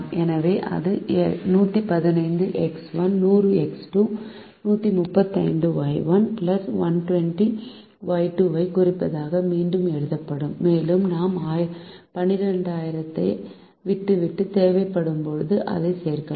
எனவே இது 115X1 100X2 135Y1 120Y2 ஐக் குறைப்பதாக மீண்டும் எழுதப்படும் மேலும் நாம் 12000 ஐ விட்டுவிட்டு தேவைப்படும்போது அதைச் சேர்க்கலாம்